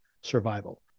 survival